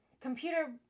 computer